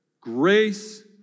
Grace